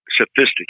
sophisticated